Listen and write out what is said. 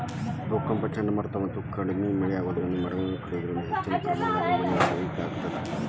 ಭೂಕಂಪ ಚಂಡಮಾರುತ ಮತ್ತ ಕಡಿಮಿ ಮಳೆ ಆಗೋದರಿಂದ ಮರಗಳನ್ನ ಕಡಿಯೋದರಿಂದ ಹೆಚ್ಚಿನ ಪ್ರಮಾಣದಾಗ ಮಣ್ಣಿನ ಸವಕಳಿ ಆಗ್ತದ